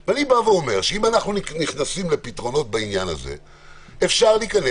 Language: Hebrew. אם אנחנו נכנסים לפתרונות אז אפשר לומר